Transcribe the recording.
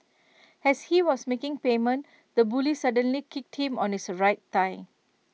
as he was making payment the bully suddenly kicked him on his right thigh